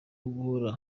guhora